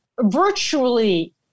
virtually